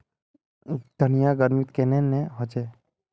धनिया गर्मित कन्हे ने होचे?